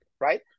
Right